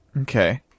Okay